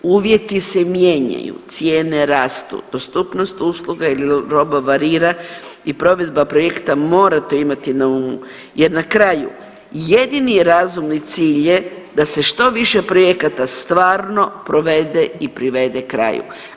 Uvjeti se mijenjaju, cijene rastu, dostupnost usluga ili roba varira i provedba projekta morate imati na umu jer na kraju jedini razumi cilj je da se što više projekata stvarno provede i privede kraju.